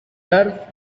turf